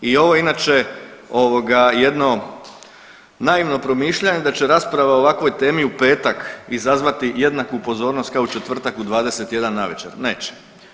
I ovo je inače jedno naivno promišljanje da će rasprava o ovakvoj temi u petak izazvati jednaku pozornost kao u četvrtak u 21 navečer, neće.